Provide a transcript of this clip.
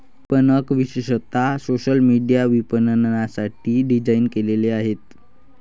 विपणक विशेषतः social media विपणनासाठी डिझाइन केलेले आहेत